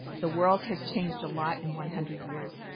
the world has changed a lot in one hundred years.